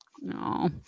No